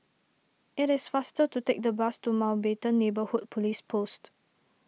it is faster to take the bus to Mountbatten Neighbourhood Police Post